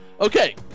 Okay